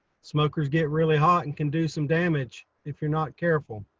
smokers get really hot and can do some damage if you're not careful,